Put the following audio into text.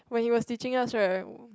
when he was teaching us right